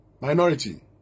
minority